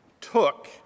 took